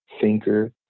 thinker